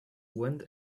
went